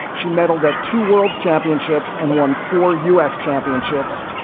she medaled at two world championships and won four u s. championships,